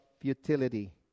futility